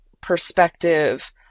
perspective